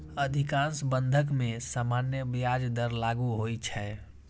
अधिकांश बंधक मे सामान्य ब्याज दर लागू होइ छै